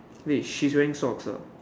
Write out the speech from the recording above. wait she's wearing socks ah